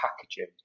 packaging